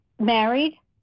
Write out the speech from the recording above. married